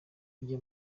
kujya